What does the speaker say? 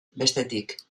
bestetik